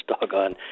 doggone